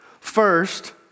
First